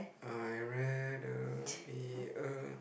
I rent a